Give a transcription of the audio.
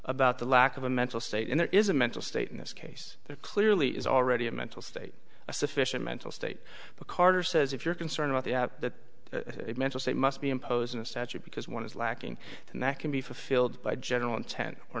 about the lack of a mental state and there is a mental state in this case there clearly is already a mental state a sufficient mental state but carter says if you're concerned about the that mental state must be imposed on a statute because one is lacking and that can be fulfilled by general intent or